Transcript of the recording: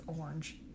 orange